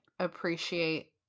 appreciate